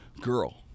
girl